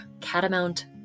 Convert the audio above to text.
Catamount